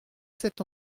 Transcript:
sept